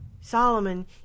Solomon